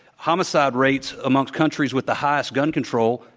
homicide rates amongst countries with the highest gun control,